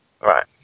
Right